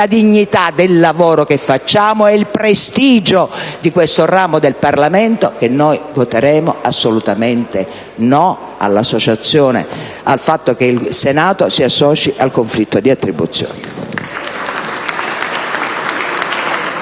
la dignità del lavoro che facciamo e il prestigio di questo ramo del Parlamento che noi voteremo assolutamente no al fatto che il Senato si associ al conflitto di attribuzione.